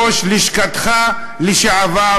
ראש לשכתך "לשעבר",